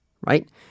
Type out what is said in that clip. right